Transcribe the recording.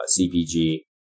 CPG